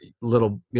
little